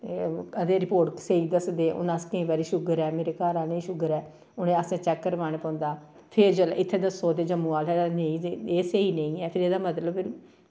कदें रपोर्ट स्हेई दस्सदे हून अस केईं बारी शुगर ऐ मेरे घर आह्ले गी शगर ऐ ते हून असेंगी चेक करोआना पौंदा ऐ फिर जेल्लै इत्थें दस्सो ते जम्मू आह्ले आखदे एह् स्हेई नेईं ऐ फिर एह्दा मतलब